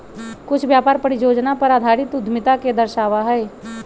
कुछ व्यापार परियोजना पर आधारित उद्यमिता के दर्शावा हई